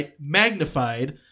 magnified